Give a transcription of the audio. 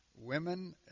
women